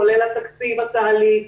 כולל התקציב הצה"לי,